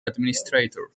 administrator